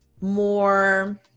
more